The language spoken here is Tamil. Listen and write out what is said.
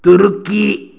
துருக்கி